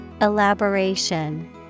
Elaboration